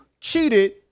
cheated